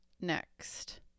next